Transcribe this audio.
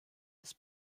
das